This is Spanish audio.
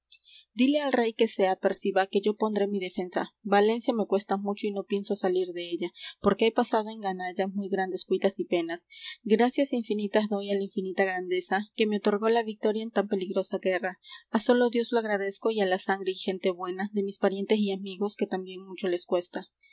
díle al rey que se aperciba que yo pondré mi defensa valencia me cuesta mucho y no pienso salir della porque he pasado en ganalla muy grandes cuitas y penas gracias infinitas doy á la infinita grandeza que me otorgó la vitoria en tan peligrosa guerra á solo dios lo agradezco y á la sangre y gente buena de mis parientes y amigos que también mucho les cuesta